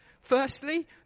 firstly